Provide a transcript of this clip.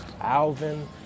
Alvin